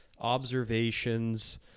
observations